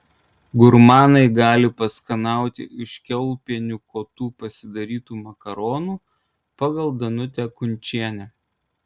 gurmanai gali paskanauti iš kiaulpienių kotų pasidarytų makaronų pagal danutę kunčienę